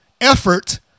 effort